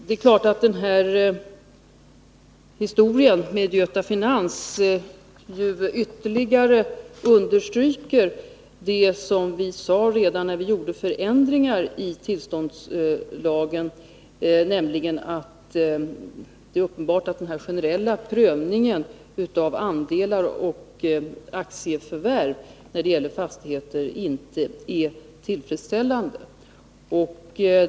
Det är klart att historien med Göta Finans ytterligare understryker det vi sade redan när vi gjorde förändringar i tillståndslagen, nämligen att det är uppenbart att den generella prövningen av andelar och av aktieförvärv när det gäller fastigheter inte är tillfredsställande.